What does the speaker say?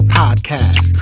podcast